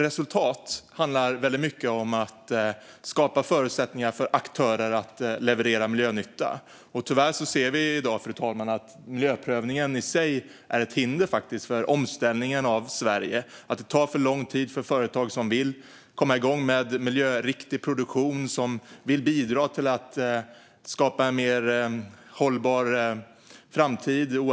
Resultat handlar väldigt mycket om att skapa förutsättningar för aktörer att leverera miljönytta. Tyvärr ser vi i dag, fru talman, att miljöprövningen i sig är ett hinder för omställningen av Sverige. Det tar för lång tid för företag som vill komma igång med miljöriktig produktion och som vill bidra till att skapa en mer hållbar framtid.